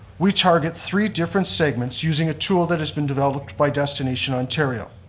we target three different segments using a tool that has been developed by destination ontario.